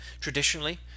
Traditionally